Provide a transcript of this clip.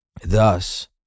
thus